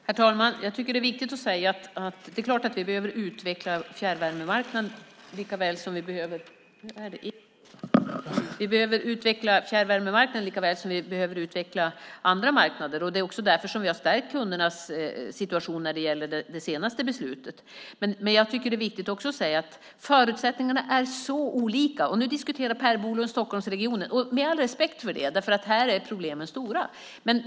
Herr talman! Det är klart att vi behöver utveckla fjärrvärmemarknaden lika väl som vi behöver utveckla andra marknader. Det är också därför som vi har stärkt kundernas situation genom det senaste beslutet. Men det är också viktigt att säga att förutsättningarna är så olika. Nu diskuterar Per Bolund Stockholmsregionen. Jag har all respekt för det, eftersom problemen här är stora.